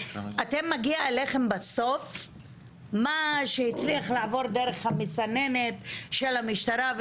שאליכם מגיע בסוף מה שהצליח לעבור דרך המסננת של המשטרה,